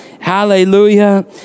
Hallelujah